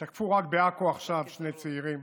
רק עכשיו תקפו בעכו שני צעירים.